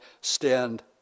stand